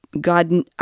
God